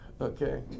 Okay